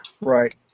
Right